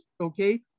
Okay